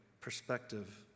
perspective